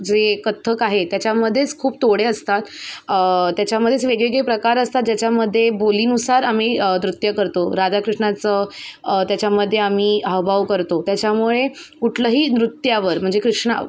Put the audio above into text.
जे कथ्थक आहे त्याच्यामध्येच खूप तोडे असतात त्याच्यामध्येच वेगवेगळे प्रकार असतात ज्याच्यामध्ये बोलीनुसार आम्ही नृत्य करतो राधाकृष्णाचं त्याच्यामध्ये आम्ही हावभाव करतो त्याच्यामुळे कुठलंही नृत्यावर म्हणजे कृष्णा